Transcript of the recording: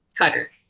Cutters